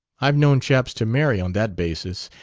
i've known chaps to marry on that basis.